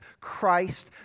Christ